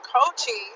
coaching